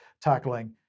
tackling